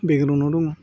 बेग्राउन्दाव दङ